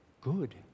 good